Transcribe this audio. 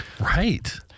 Right